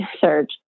search